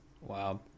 Wow